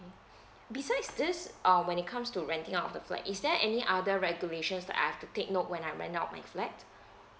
besides this uh when it comes to renting out the flat is there any other regulations that I have to take note when I rent out my flat